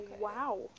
Wow